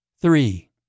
Three